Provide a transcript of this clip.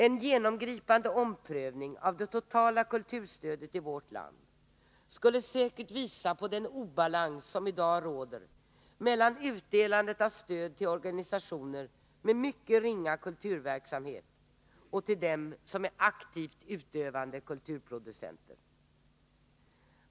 En genomgripande omprövning av det totala kulturstödet i vårt land skulle säkert visa på den obalans som i dag råder mellan utdelandet av stöd till organisationer med mycket ringa kulturverksamhet och till dem som är aktivt utövande kulturproducenter.